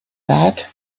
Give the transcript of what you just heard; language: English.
bed